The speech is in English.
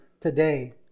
today